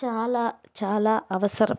చాలా చాలా అవసరం